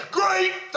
great